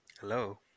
Hello